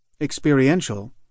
experiential